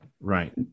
right